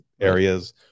areas